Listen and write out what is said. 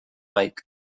mike